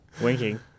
winking